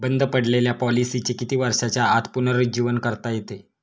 बंद पडलेल्या पॉलिसीचे किती वर्षांच्या आत पुनरुज्जीवन करता येते?